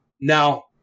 Now